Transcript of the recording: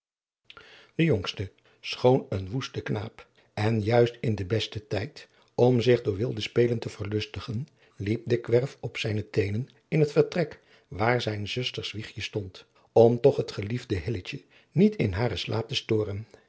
de jongste schoon een woeste knaap en juist in den besten tijd om zich door wilde spelen te verlustigen liep dikwerf op zijne teenen in het vertrek waar zijn zusters wiegje stond om toch het geliefde hilletje niet in haren slaap te storen